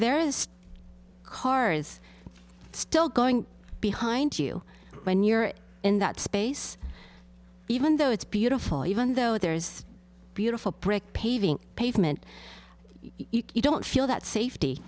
there is cars still going behind you when you're in that space even though it's beautiful even though there's a beautiful brick paving pavement you don't feel that safety